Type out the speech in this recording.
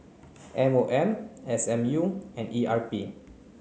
M O M S M U and E R P